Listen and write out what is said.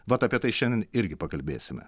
vat apie tai šiandien irgi pakalbėsime